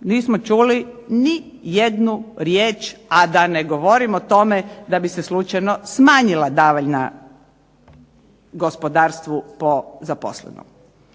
nismo čuli ni jednu riječ, a da ne govorim o tome da bi se slučajno smanjila davanja gospodarstvu po zaposlenom.